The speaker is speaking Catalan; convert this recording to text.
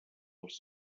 als